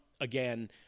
again